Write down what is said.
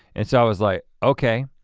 and so i was like okay.